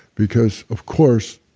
because of course,